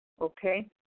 Okay